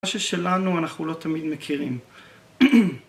מה ששלנו אנחנו לא תמיד מכירים